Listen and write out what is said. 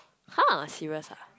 !huh! serious ah